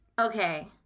Okay